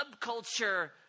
subculture